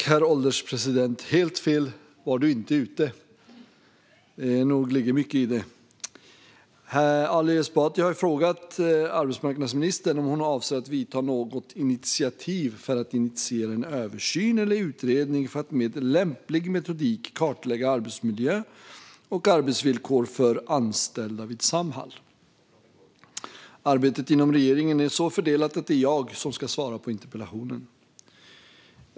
Herr ålderspresident! Ali Esbati har frågat arbetsmarknadsministern om hon avser att ta något initiativ för att initiera en översyn eller utredning för att med lämplig metodik kartlägga arbetsmiljö och arbetsvillkor för anställda vid Samhall. Arbetet inom regeringen är så fördelat att det är jag som ska svara på interpellationen.